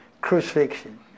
crucifixion